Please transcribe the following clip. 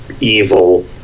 evil